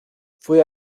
fue